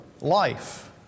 life